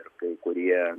ir kai kurie